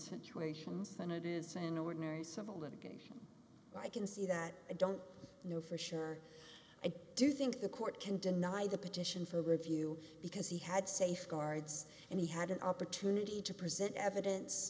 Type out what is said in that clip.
situations than it is an ordinary civil litigation well i can see that i don't know for sure and i do think the court can deny the petition for review because he had safeguards and he had an opportunity to present evidence